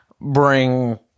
bring